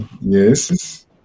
yes